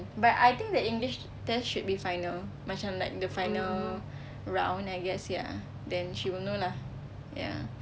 but I think the english test should be final macam like the final round I guess ya then she will know lah ya